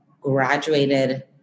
graduated